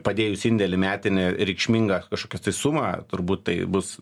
padėjus indėlį metinį reikšmingą kažkokią tai sumą turbūt tai bus